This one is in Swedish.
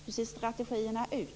Hur ser strategierna ut?